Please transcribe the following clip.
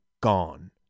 gone